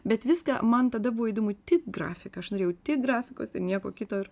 bet viską man tada buvo įdomu tik grafiką aš norėjau tik grafikos ir nieko kito ir